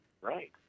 Right